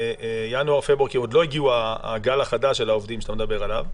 כי עוד לא הגיע הגל החדש של העובדים שאתה מדבר עליו,